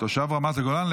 תושב רמת הגולן?